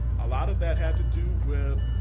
a lot of that had to do with